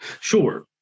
Sure